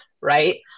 right